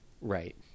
Right